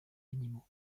animaux